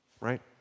right